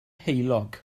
heulog